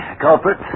culprit